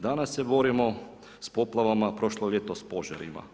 Danas se borimo s poplavama, prošlo ljeto s požarima.